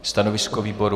Stanovisko výboru?